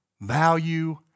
value